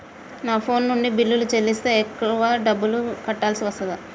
నా ఫోన్ నుండి బిల్లులు చెల్లిస్తే ఎక్కువ డబ్బులు కట్టాల్సి వస్తదా?